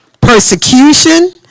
persecution